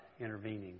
intervening